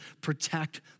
protect